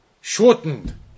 shortened